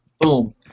Boom